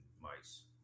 mice